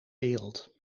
wereld